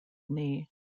knee